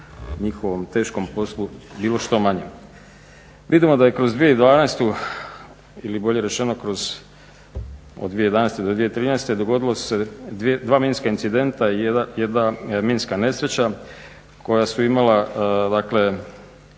njihovom teškom poslu bilo što manje. Vidimo da je kroz 2012.ili bolje rečeno od 2011.-2013.dogodila se dva minska incidenta, jedna minska nesreća koja su imala